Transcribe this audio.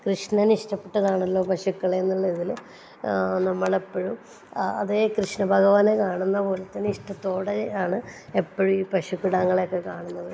കൃഷ്ണനിഷ്ടപ്പെട്ടതാണല്ലോ പശുക്കളേന്ന് ഉള്ളതിൽ നമ്മളെപ്പഴും അതേ കൃഷ്ണ ഭഗവാനെ കാണുന്ന പോലെ തന്നെ ഇഷ്ടത്തോടെ ആണ് എപ്പോഴും ഈ പശുക്കിടാങ്ങളെ ഒക്കെ കാണുന്നത്